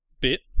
bit